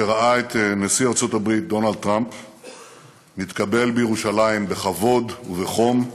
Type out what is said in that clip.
שראה את נשיא ארצות הברית דונלד טראמפ מתקבל בירושלים בכבוד ובחום.